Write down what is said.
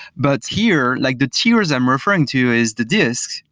but here, like the tiers i'm referring to is the disks,